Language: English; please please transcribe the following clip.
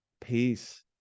Peace